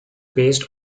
based